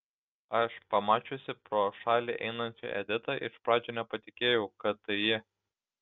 aš pamačiusi pro šalį einančią editą iš pradžių nepatikėjau kad tai ji